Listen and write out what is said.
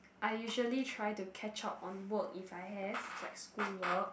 I usually try to catch up on work if I have like school work